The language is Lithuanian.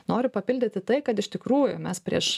noriu papildyti tai kad iš tikrųjų mes prieš